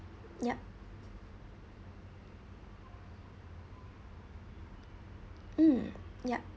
yup mm yup